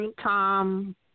Tom